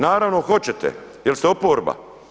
Naravno hoćete jer ste oporba.